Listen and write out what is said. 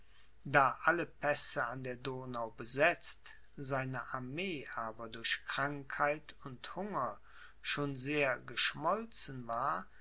da alle pässe an der donau besetzt seine armee aber durch krankheit und hunger schon sehr geschmolzen war